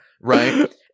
right